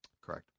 Correct